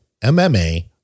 MMA